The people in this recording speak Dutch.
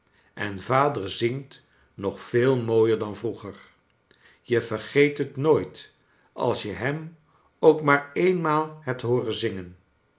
en vader zingt nog veel mooier dan vroeger je vergeet het nooit als je hem ook maar eenmaal hebt hooren zingen